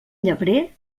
llebrer